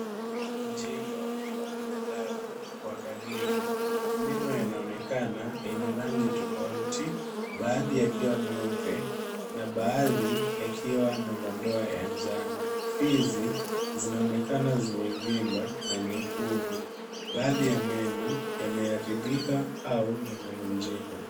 Jino la binadamu kwa karibu. Meno yanaonekana yenye rangi tofauti; baadhi yakiwa meupe na baadhi yakiwa na madoa ya njano. Fizi zinaonekana zimevimba na nyekundu. Baadhi ya meno yameharibika au yamevunjika.